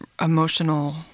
emotional